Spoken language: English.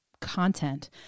content